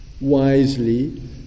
wisely